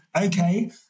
Okay